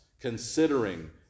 considering